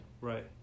right